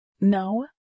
No